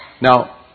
Now